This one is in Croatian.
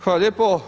hvala lijepo.